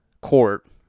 court